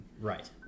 right